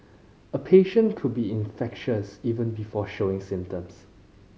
a patient could be infectious even before showing symptoms